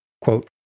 Quote